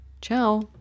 Ciao